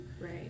right